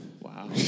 Wow